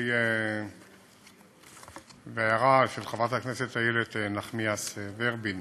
לגבי ההערה של חברת הכנסת איילת נחמיאס ורבין: